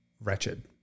wretched